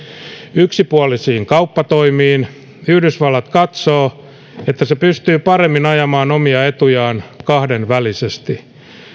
yksipuolisiin kauppatoimiin yhdysvallat katsoo että se pystyy paremmin ajamaan omia etujaan kahdenvälisesti